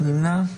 מי נמנע?